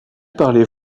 parlez